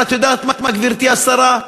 את יודעת מה, גברתי השרה?